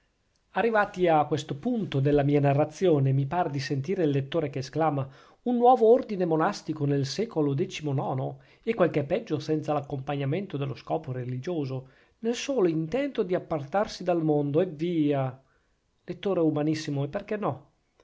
arrivato a questo punto della mia narrazione mi par di sentire il lettore che esclama un nuovo ordine monastico nel secolo decimonono e quel che è peggio senza l'accompagnamento dello scopo religioso nel solo intento di appartarsi dal mondo eh via lettore umanissimo e perchè no